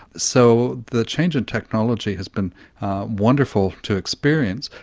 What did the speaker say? so the change in technology has been wonderful to experience,